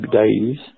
days